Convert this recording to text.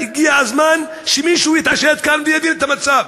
הגיע הזמן שמישהו יתעשת כאן ויגיד את המצב,